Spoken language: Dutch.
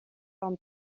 kan